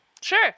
Sure